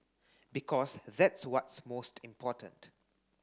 because that's what's most important